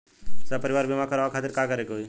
सपरिवार बीमा करवावे खातिर का करे के होई?